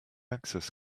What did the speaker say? access